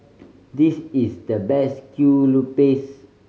this is the best kue lupis